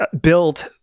built